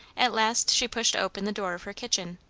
at last she pushed open the door of her kitchen,